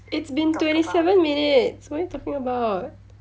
it's been twenty seven minutes what are you talking about